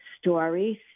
stories